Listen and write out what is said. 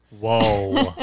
Whoa